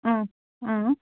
اۭں